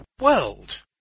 world